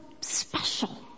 special